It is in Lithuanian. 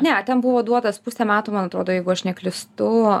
ne ten buvo duotas pusę metų man atrodo jeigu aš neklystu